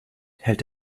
hält